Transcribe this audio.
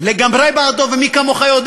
לגמרי בעדו, ומי כמוך יודע.